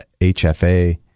HFA